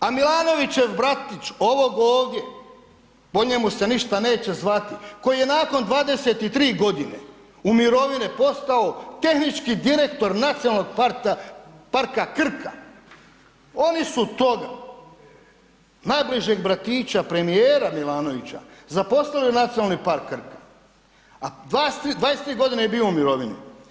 A Milanović bratić ovog ovdje po njemu se ništa neće zvati koji je nakon 23 godine u mirovine postao tehnički direktor Nacionalnog parka Krka, oni su toga najbližeg bratića premijera Milanovića zaposlili u Nacionalni park Krka, a 23 godine je bio u mirovini.